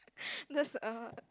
that's a